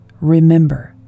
Remember